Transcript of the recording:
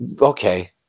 Okay